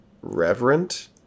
reverent